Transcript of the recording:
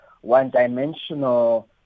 one-dimensional